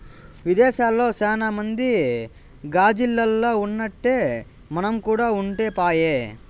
విదేశాల్ల సాన మంది గాజిల్లల్ల ఉన్నట్టే మనం కూడా ఉంటే పాయె